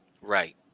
Right